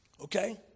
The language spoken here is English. Okay